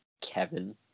Kevin